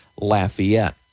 Lafayette